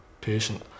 patient